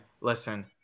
listen